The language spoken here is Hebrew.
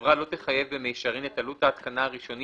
חברה לא תחייב במישרין את עלות ההתקנה הראשונית